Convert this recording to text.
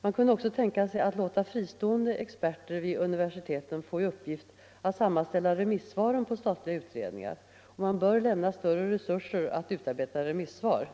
Man kunde också tänka sig att låta fristående experter vid universiteten få i uppgift att sammanställa remissvaren på statliga utredningar, och man bör lämna större resurser till utarbetandet av remissvar.